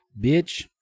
Bitch